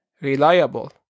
reliable